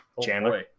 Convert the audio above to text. Chandler